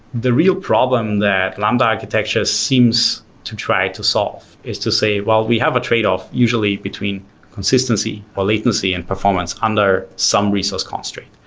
the real problem that lambda architecture seems to try to solve is to say well, we have a trade-off usually between consistency, or latency and performance under some resource constraint.